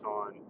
on